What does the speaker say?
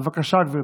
בבקשה, גברתי.